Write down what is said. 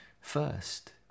first